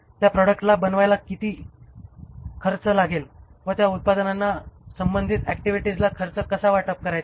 त्या प्रॉडक्ट्सला बनवायला किती खर्च लागेल व त्या उत्पादनांच्या संबंधित ऍक्टिव्हिटीजला खर्च कसा वाटप करायचा